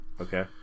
Okay